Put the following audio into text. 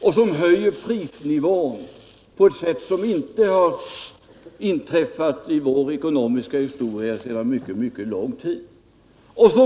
och som höjer prisnivån på ett sätt som inte har inträffat i vår ekonomiska historia sedan mycket lång tid tillbaka.